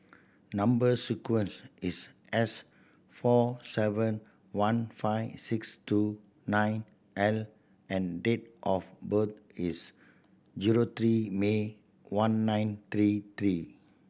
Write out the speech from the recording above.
number sequence is S four seven one five six two nine L and date of birth is zero three May one nine three three